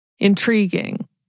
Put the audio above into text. Intriguing